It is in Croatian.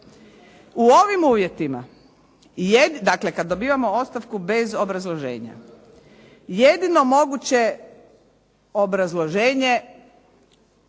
U ovim uvjetima, dakle kad dobivamo ostavku bez obrazloženja, jedino moguće obrazloženje